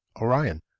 Orion